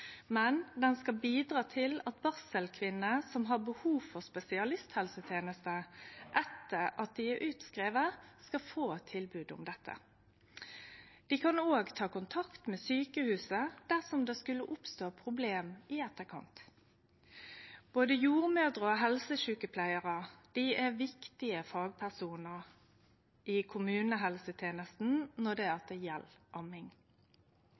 skal bidra til at barselkvinner som har behov for spesialisthelsetenester etter at dei er utskrivne, skal få tilbod om dette. Dei kan òg ta kontakt med sjukehuset dersom det skulle oppstå problem i etterkant. Både jordmødrer og helsesjukepleiarar er viktige fagpersonar i kommunehelsetenesta når det gjeld amming.